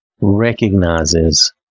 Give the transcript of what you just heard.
recognizes